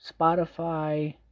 Spotify